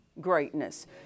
greatness